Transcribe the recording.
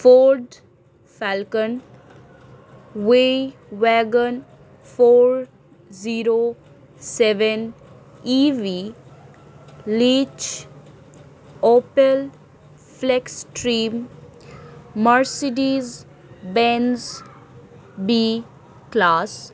ford falcon way wagon four zero seven eve leach opal flex trim Mercedes Benz B class